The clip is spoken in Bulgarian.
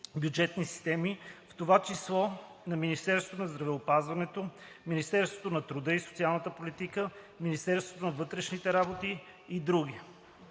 бюджетни системи, в това число на Министерството на здравеопазването, Министерството на труда и социалната политика, Министерството на вътрешните работи и други.